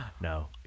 no